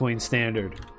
standard